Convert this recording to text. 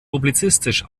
publizistisch